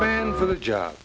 man for the job